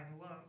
love